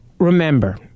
remember